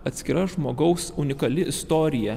atskira žmogaus unikali istorija